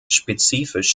spezifisch